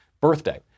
BIRTHDAY